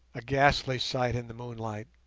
a ghastly sight in the moonlight